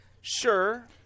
Sure